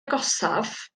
agosaf